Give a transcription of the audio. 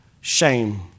shame